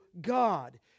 God